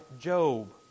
Job